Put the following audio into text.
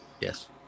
Yes